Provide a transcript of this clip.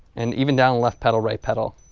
and even down left pedal right pedal.